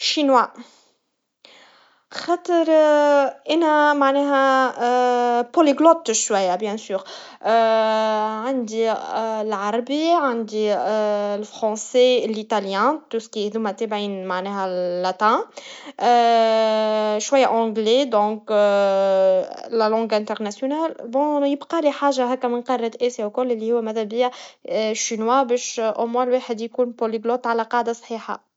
الصينية, خاطر إنها معناها متعددة اللغات بكل تأكيد, عندي العربيا, عندي الفرنسيا, الأيطالي, توسكي ديماتي بيان معناها اللاتان, شويا إنجليزي, لانها اللغة الدولية, علشان يبقالي حاجا هكا من قارة أسيا, وكل الليو ماذا بيا, الصينية, باش أما الواحد يكون البلوت على قاعدا صحيحا.